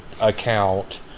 account